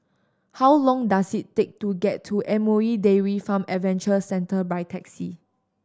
how long does it take to get to M O E Dairy Farm Adventure Centre by taxi